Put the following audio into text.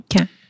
Okay